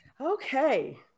Okay